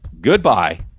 goodbye